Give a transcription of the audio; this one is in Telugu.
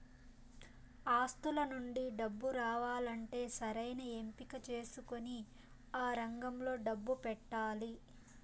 ఆస్తుల నుండి డబ్బు రావాలంటే సరైన ఎంపిక చేసుకొని ఆ రంగంలో డబ్బు పెట్టాలి